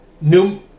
new